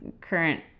current